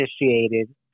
initiated